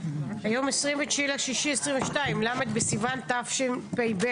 היום ה-29 ביוני 2022, ל' בסיון התשפ"ב.